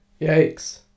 Yikes